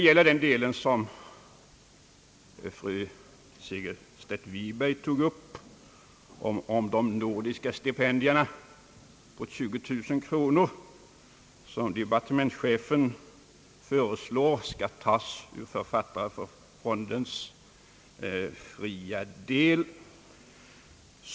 Fru Segerstedt Wiberg tog upp frågan om de nordiska stipendierna på 20 000 kronor, som enligt departementschefens förslag skall tas ur författarfondens fria del.